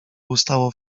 ustało